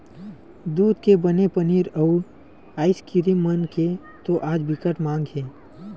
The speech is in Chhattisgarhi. दूद के बने पनीर, अउ आइसकीरिम मन के तो आज बिकट माग हे